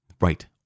right